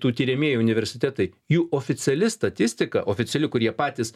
tų tiriamieji universitetai jų oficiali statistika oficiali kur jie patys